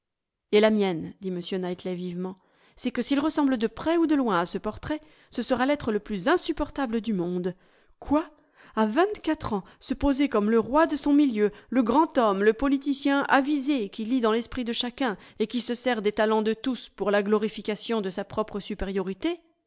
et la mienne dit m knightley vivement c'est que s'il ressemble de près ou de loin à ce portrait ce sera l'être le plus insupportable du monde quoi à vingt-quatre ans se poser comme le roi de son milieu le grand homme le politicien avisé qui lit dans l'esprit de chacun et qui se sert des talents de tous pour la glorification de sa propre supériorité